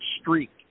streak